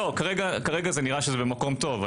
כרגע נראה שזה במקום טוב.